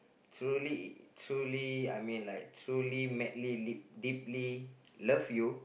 truly truly I mean like truly madly deep deeply love you